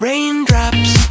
Raindrops